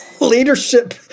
leadership